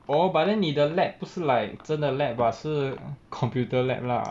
oh but then 你的 laboratory 不是 like 真的 laboratory [what] 是 computer laboratory lah